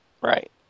Right